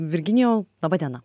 virginijau laba diena